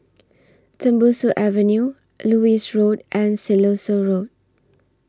Tembusu Avenue Lewis Road and Siloso Road